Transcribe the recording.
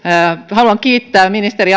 haluan kiittää ministeri